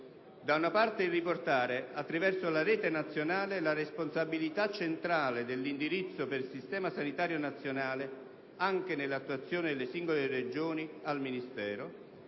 da una parte riporta, attraverso la rete nazionale, la responsabilità centrale dell'indirizzo del sistema sanitario nazionale, anche nell'attuazione delle singole Regioni, al Ministero;